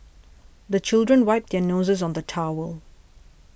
the children wipe their noses on the towel